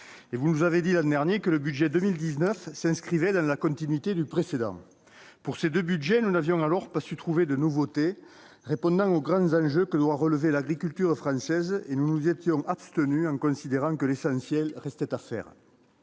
et vous nous avez dit, l'an dernier, que le budget pour 2019 s'inscrivait dans la continuité du précédent. Au sein de ces deux budgets, nous n'avions pu trouver aucune nouveauté répondant aux grands enjeux que doit relever l'agriculture française, et nous nous étions abstenus, considérant que l'essentiel restait à faire.